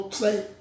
say